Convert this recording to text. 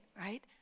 right